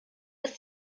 ist